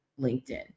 LinkedIn